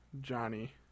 Johnny